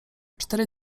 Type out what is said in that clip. cztery